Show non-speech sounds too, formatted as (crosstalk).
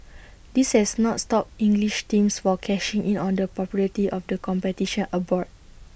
(noise) this has not stopped English teams for cashing in on the popularity of the competition abroad